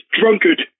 drunkard